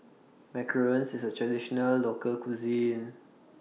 Macarons IS A Traditional Local Cuisine